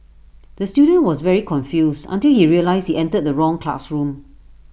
the student was very confused until he realised he entered the wrong classroom